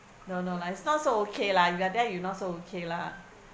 no no lah it's not so okay lah you are there you not so okay lah